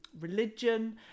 religion